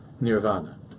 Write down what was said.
Nirvana